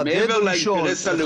מעבר לאינטרס הלאומי,